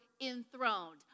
enthroned